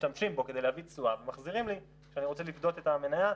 משתמשים בו כדי להביא תשואה ומחזירים לי כשאני רוצה לפדות את המניה.